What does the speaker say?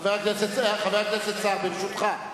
חבר הכנסת סער, ברשותך.